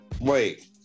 Wait